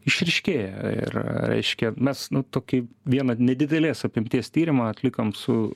išryškėja ir reiškia mes nu tokį vieną nedidelės apimties tyrimą atlikom su